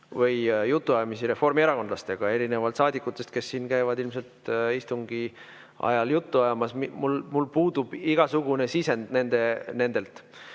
või jutuajamisi reformierakondlastega, erinevalt saadikutest, kes siin käivad ilmselt istungi ajal juttu ajamas. Mul puudub igasugune sisend nendelt.